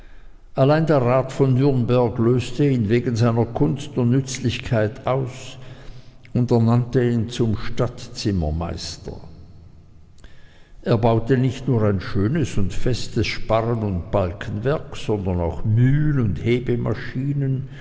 allein der rat von nürnberg löste ihn wegen seiner kunst und nützlichkeit aus und ernannte ihn zum stadtzimmermeister er baute nicht nur schönes und festes sparren und balkenwerk sondern auch mühl und